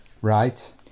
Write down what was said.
Right